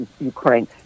Ukraine